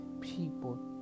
people